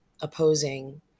opposing